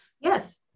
Yes